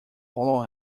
follow